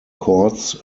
cords